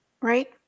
right